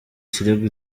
kirego